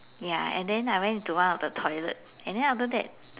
ya and then I went into one of the toilet and then after that